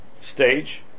stage